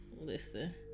Listen